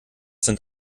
sind